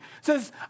says